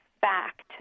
fact